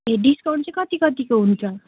ए discount चाहिँ कति कतिको हुन्छ